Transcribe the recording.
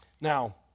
Now